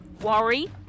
worry